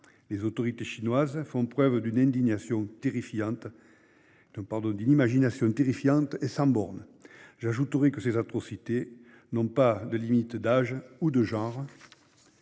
Les autorités chinoises font preuve d'une imagination terrifiante et sans borne. J'ajoute que ces atrocités n'ont pas de limite d'âge ou de genre.